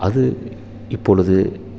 அது இப்பொழுது